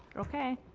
ok.